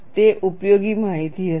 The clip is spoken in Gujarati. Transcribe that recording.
તે ઉપયોગી માહિતી હશે